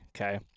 okay